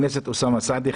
משהו?